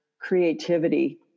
creativity